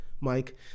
mike